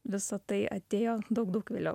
visa tai atėjo daug daug vėliau